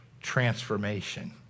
Transformation